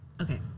Okay